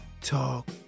talk